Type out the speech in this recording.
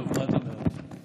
טוב, תודה רבה.